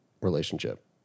relationship